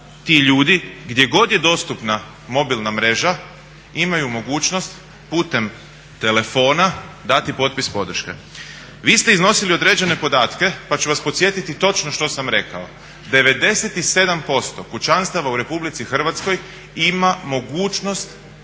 ti ljudi gdje god je dostupna mobilna mreža imaju mogućnost putem telefona dati potpis podrške. Vi ste iznosili određene podatke, pa ću vas podsjetiti točno što sam rekao. 97% kućanstava u RH ima mogućnost